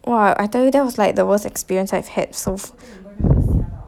!wah! I tell you that was like the worst experience I've had so f~